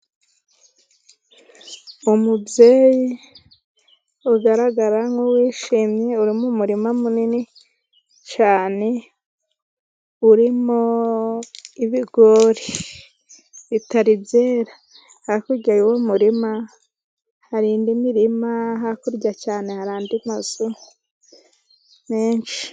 Umubyeyi ugaragara nk'uwishimye, uri mu murima munini cyane urimo ibigori bitari byeyera , hakurya y'uwo murima hari indi mirima, hakurya cyane hari andi mazu menshi.